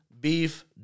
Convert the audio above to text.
beef